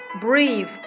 breathe